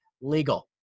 Legal